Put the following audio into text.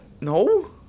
No